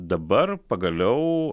dabar pagaliau